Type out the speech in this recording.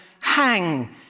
hang